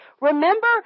Remember